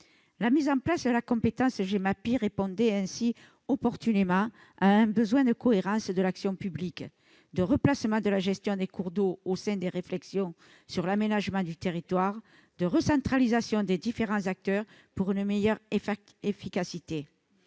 La mise en place de la compétence Gemapi répondait ainsi opportunément à un besoin de cohérence de l'action publique, de replacement de la gestion des cours d'eau au sein des réflexions sur l'aménagement du territoire, de recentralisation des différents acteurs pour une meilleure efficacité.